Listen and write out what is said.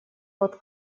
под